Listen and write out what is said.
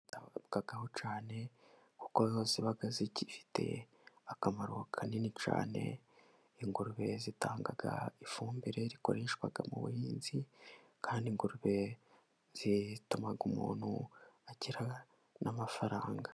Ingurube zitabwaho cyane kuko zo ziba zifite akamaro kanini cyane. Ingurube zitanga ifumbire rikoreshwa mu buhinzi, kandi ingurube zituma umuntu agira n'amafaranga.